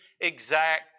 exact